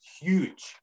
huge